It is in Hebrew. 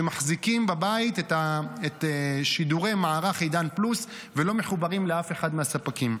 שמחזיקות בבית את שידורי מערך עידן פלוס ולא מחוברות לאף אחד מהספקים.